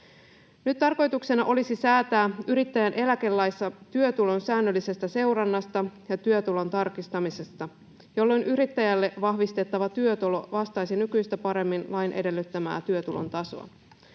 Nyt tarkoituksena olisi säätää yrittäjän eläkelaissa työtulon säännöllisestä seurannasta ja työtulon tarkistamisesta, jolloin yrittäjälle vahvistettava työtulo vastaisi nykyistä paremmin lain edellyttämää työtulon tasoa.